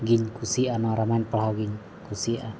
ᱜᱮᱧ ᱠᱩᱥᱤᱭᱟᱜᱼᱟ ᱱᱚᱣᱟ ᱨᱟᱢᱟᱭᱚᱱ ᱯᱟᱲᱦᱟᱣ ᱜᱮᱧ ᱠᱩᱥᱤᱭᱟᱜᱼᱟ